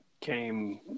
came